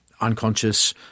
unconscious